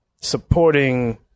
supporting